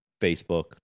Facebook